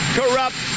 corrupt